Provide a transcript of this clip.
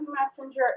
Messenger